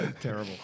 Terrible